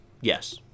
yes